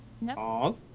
No